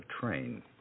train